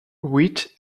wheat